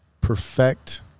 perfect